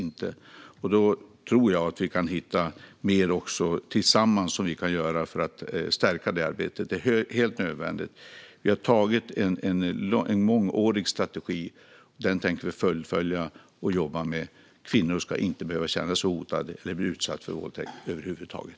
Jag tror att vi tillsammans kan hitta mer att göra för att stärka det arbetet. Det är helt nödvändigt. Vi har antagit en mångårig strategi. Den tänker vi fullfölja och jobba med. Kvinnor ska inte behöva känna sig hotade eller bli utsatta för våldtäkt över huvud taget.